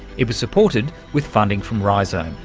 it was supported with funding from rhizome,